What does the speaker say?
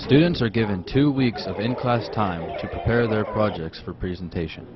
students are given two weeks of in class time to prepare their projects for presentation